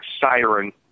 siren